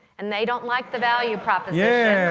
and they don't like the value proposition.